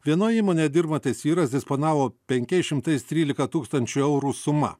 vienoj įmonėje dirbantis vyras disponavo penkiais šimtais trylika tūkstančių eurų suma